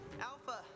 Alpha